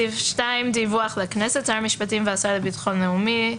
דיווח לכנסת 2. שר המשפטים והשר לביטחון לאומי,